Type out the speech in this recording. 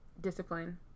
discipline